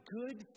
good